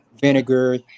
vinegar